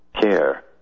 care